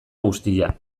guztia